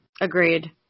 Agreed